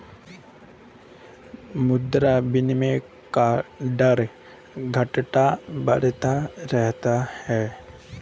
मुद्रा विनिमय के दर घटता बढ़ता रहता है